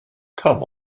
come